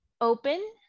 open